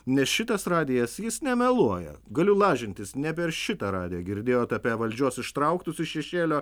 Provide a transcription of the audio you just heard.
nes šitas radijas jis nemeluoja galiu lažintis ne per šitą radiją girdėjot apie valdžios ištrauktus iš šešėlio